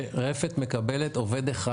שרפת מקבלת עובד אחד.